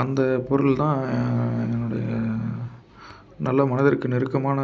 அந்த பொருள் தான் என்னுடைய நல்ல மனதிற்கு நெருக்கமான